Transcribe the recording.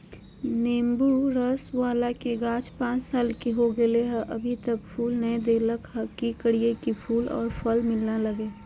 नेंबू रस बाला के गाछ पांच साल के हो गेलै हैं अभी तक फूल नय देलके है, की करियय की फूल और फल मिलना लगे?